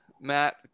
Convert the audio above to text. Matt